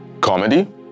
Comedy